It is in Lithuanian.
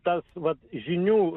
tas vat žinių